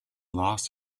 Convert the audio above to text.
loss